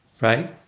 right